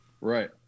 Right